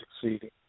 succeeding